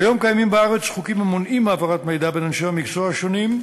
כיום קיימים בארץ חוקים המונעים העברת מידע בין אנשי מקצוע שונים,